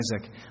Isaac